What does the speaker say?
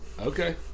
Okay